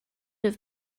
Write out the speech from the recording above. have